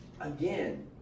again